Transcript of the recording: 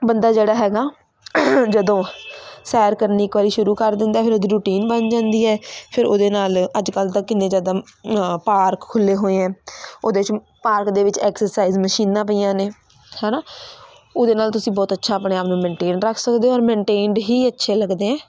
ਬੰਦਾ ਜਿਹੜਾ ਹੈਗਾ ਜਦੋਂ ਸੈਰ ਕਰਨੀ ਇੱਕ ਵਾਰੀ ਸ਼ੁਰੂ ਕਰ ਦਿੰਦਾ ਫਿਰ ਉਹਦੀ ਰੂਟੀਨ ਬਣ ਜਾਂਦੀ ਹੈ ਫਿਰ ਉਹਦੇ ਨਾਲ ਅੱਜ ਕੱਲ੍ਹ ਤਾਂ ਕਿੰਨੇ ਜ਼ਿਆਦਾ ਪਾਰਕ ਖੁੱਲੇ ਹੋਏ ਆ ਉਹਦੇ 'ਚ ਪਾਰਕ ਦੇ ਵਿੱਚ ਐਕਸਰਸਾਈਜ਼ ਮਸ਼ੀਨਾਂ ਪਈਆਂ ਨੇ ਹੈ ਨਾ ਉਹਦੇ ਨਾਲ ਤੁਸੀਂ ਬਹੁਤ ਅੱਛਾ ਆਪਣੇ ਆਪ ਨੂੰ ਮੈਨਟੇਨ ਰੱਖ ਸਕਦੇ ਹੋ ਔਰ ਮੇਨਟੇਨਡ ਹੀ ਅੱਛੇ ਲੱਗਦੇ